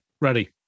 ready